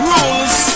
Rules